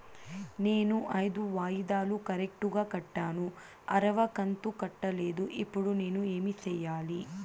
నేను ఐదు వాయిదాలు కరెక్టు గా కట్టాను, ఆరవ కంతు కట్టలేదు, ఇప్పుడు నేను ఏమి సెయ్యాలి?